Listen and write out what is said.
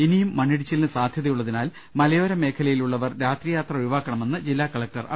ഇനിയും മണ്ണിടിച്ചിലിന് സാധൃതയുള്ളതിനാൽ മലയോരമേഖല യിലുള്ളവർ രാത്രിയാത്ര ഒഴിവാക്കണമെന്ന് ജില്ലാകലക്ടർ അഭ്യർത്ഥിച്ചു